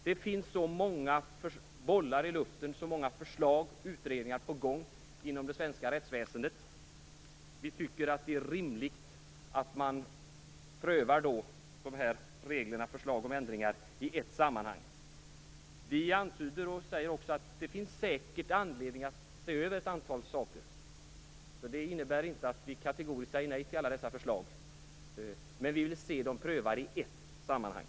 Det är många bollar i luften och många förslag och utredningar på gång inom det svenska rättsväsendet, och vi tycker att det är rimligt att pröva förslagen om ändringar av dessa regler i ett sammanhang. Vi säger också att det säkert finns anledning att se över ett antal saker. Det innebär alltså att vi inte kategoriskt säger nej till alla dessa förslag men att vi vill se dem prövade i ett sammanhang.